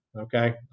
Okay